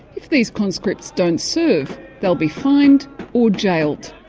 if these conscripts don't serve they'll be fined or jailed.